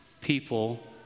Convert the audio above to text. people